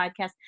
podcast